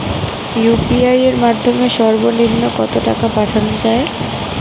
UPI এর মাধ্যমে সর্ব নিম্ন কত টাকা পাঠানো য়ায়?